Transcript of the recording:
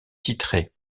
titrée